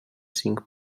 cinc